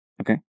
Okay